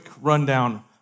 rundown